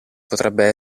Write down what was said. potrebbe